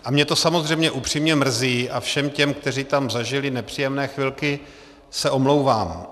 A mě to samozřejmě upřímně mrzí a všem těm, kteří tam zažili nepříjemné chvilky, se omlouvám.